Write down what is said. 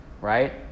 Right